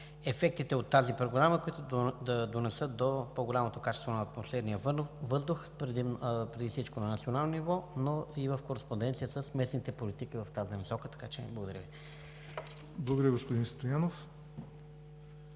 ефектите от тази програма, които да доведат до по-голямото качество на атмосферния въздух преди всичко на национално ниво, но и в кореспонденция с местните политики в тази насока? Благодаря Ви. ПРЕДСЕДАТЕЛ ЯВОР НОТЕВ: Благодаря, господин Стоянов.